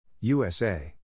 USA